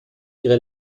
ihre